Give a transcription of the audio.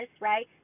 right